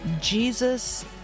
Jesus